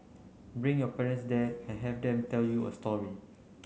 bring your parents there and have them tell you a story